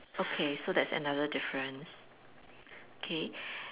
okay so that's another difference okay